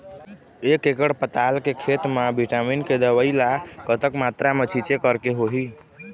एक एकड़ पताल के खेत मा विटामिन के दवई ला कतक मात्रा मा छीचें करके होही?